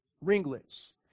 ringlets